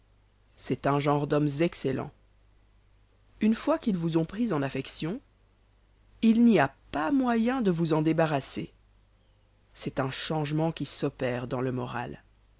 c'est un genre d'hommes excellens une fois qu'ils vous ont pris en affection il n'y a pas moyen de vous en débarrasser c'est un changement qui s'opère dans le moral